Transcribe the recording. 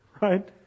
right